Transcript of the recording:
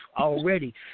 Already